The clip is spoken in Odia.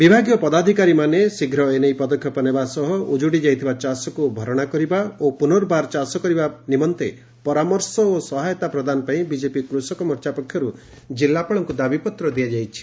ବିଭାଗୀୟ ପଦାଧିକାରୀ ମାନେ ଶୀଘ ଏ ନେଇ ପଦକ୍ଷେପ ନେବା ସହ ଉକୁଡି ଯାଇଥିବା ଚାଷକୁ ଭରଣା କରିବା ପାଇଁ ଓ ପୁନର୍ବାର ଚାଷ କରିବା ନିମନ୍ତେ ପରାମର୍ଶ ଓ ସହାୟତା ପ୍ରଦାନ ପାଇଁ ବିଜେପି କୃଷକ ମୋର୍ଚା ପକ୍ଷରୁ ଜିଲ୍ଲାପାଳଙ୍କୁ ଦାବିପତ୍ର ଦିଆଯାଇଛି